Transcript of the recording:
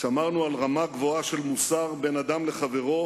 שמרנו על רמה גבוהה של מוסר בין אדם לחברו